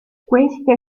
queste